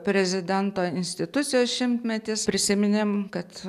prezidento institucijos šimtmetis prisiminėm kad